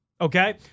Okay